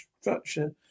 structure